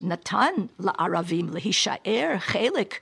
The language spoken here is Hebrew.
נתן לערבים להישאר חלק.